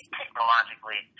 technologically